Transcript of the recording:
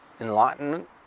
enlightenment